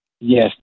Yes